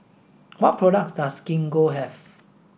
what products does Gingko have